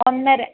ഒന്നര